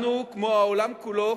אנחנו, כמו העולם כולו,